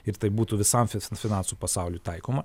ir tai būtų visam fi finansų pasauliui taikoma